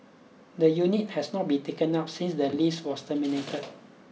the unit has not been taken up since the lease was terminated